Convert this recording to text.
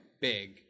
big